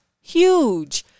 huge